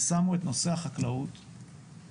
שמו את נושא החקלאות כערך.